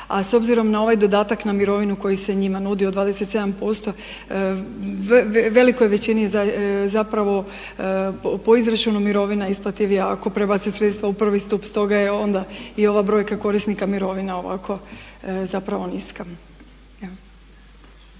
A s obzirom na ovaj dodatak na mirovinu koji se njima nudi od 27% velikoj većini je zapravo po izračunu mirovina isplativija ako prebaci sredstva u prvi stup. Stoga je ona i ova brojka korisnika mirovina ovako zapravo niska.